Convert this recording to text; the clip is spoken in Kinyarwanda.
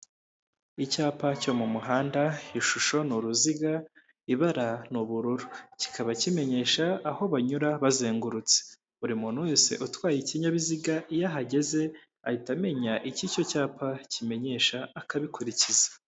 Icyapa cyo mu muhanda ishusho ni uruziga ibara ni ubururu, kikaba kimenyesha aho banyura bazengurutse, buri muntu wese utwaye ikinyabiziga iyo ahageze ahita amenya icyo icyo cyapa kimenyesha akabikurikiza.